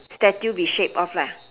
statue be shaped of lah